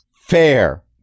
Fair